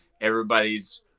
everybody's